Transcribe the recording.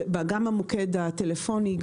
גם למוקד הטלפוני,